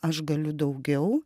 aš galiu daugiau